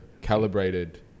calibrated